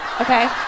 okay